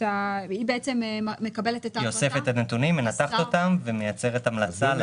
היא אוספת את הנתונים, מנתחת אותם ומייצרת המלצה.